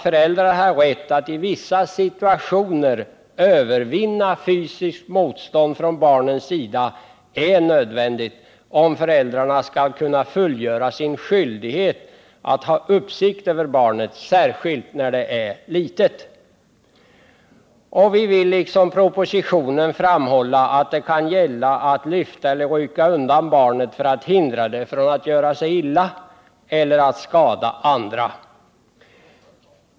Föräldrars rätt att i vissa situationer övervinna fysiskt motstånd från barnens sida är nödvändig, om föräldrarna skall kunna fullgöra sin skyldighet att ha uppsikt över barnet, särskilt när det är litet. Liksom sägs i propositionen vill vi framhålla att det kan gälla att rycka undan barnet för att hindra det från att göra sig illa eller att skada andra.